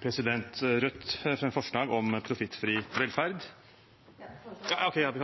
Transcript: Rødt fremmer jeg forslag om profittfri velferd. Jeg fremmer